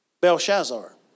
Belshazzar